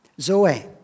Zoe